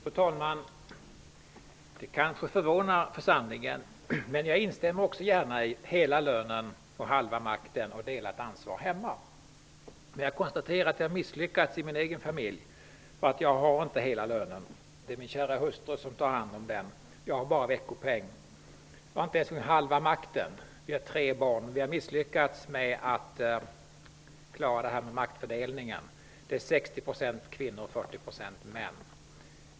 Fru talman! Det kanske förvånar församlingen, men jag instämmer gärna i uttrycket hela lönen, halva makten och delat ansvar hemma. Men jag konstaterar att jag har misslyckats i min egen familj. Jag har inte hela lönen. Min kära hustru tar hand om den. Jag har bara veckopeng. Jag har inte ens halva makten. Vi har tre barn. Vi har misslyckats med maktfördelningen. Det är 60 % kvinnor och 40 % män.